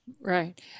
Right